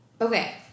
okay